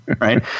right